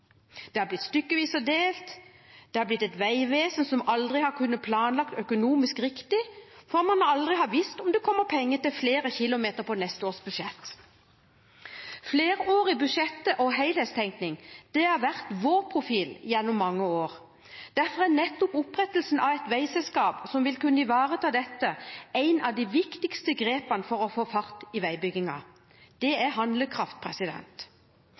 Det har blitt stykkevis og delt, det har blitt et veivesen som aldri har kunnet planlegge økonomisk riktig, fordi man aldri har visst om det kommer penger til flere kilometer på neste års budsjett. Flerårige budsjetter og helhetstenkning har vært vår profil gjennom mange år. Derfor er nettopp opprettelsen av et veiselskap som vil kunne ivareta dette, et av de viktigste grepene for å få fart i veibyggingen. Det er handlekraft.